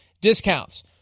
discounts